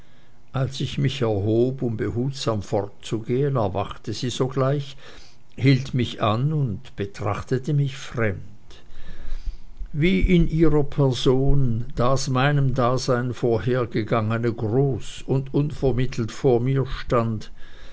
als ich mich erhob um behutsam fortzugehen erwachte sie sogleich hielt mich an und betrachtete mich fremd wie in ihrer person das meinem dasein vorhergegangene groß und unvermittelt vor mir stand